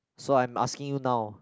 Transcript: so I'm asking you now